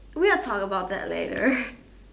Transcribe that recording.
we will talk about that later